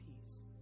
peace